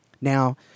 Now